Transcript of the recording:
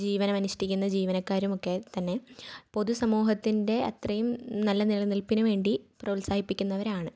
ജീവനമനുഷ്ഠിക്കുന്ന ജീവനക്കാരുമൊക്കെ തന്നെ പൊതു സമൂഹത്തിൻ്റെ അത്രയും നല്ല നില നിൽപ്പിന് വേണ്ടി പ്രോത്സാഹിപ്പിക്കുന്നവരാണ്